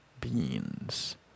beans